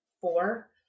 four